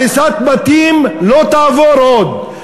הריסת בתים לא תעבור עוד.